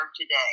today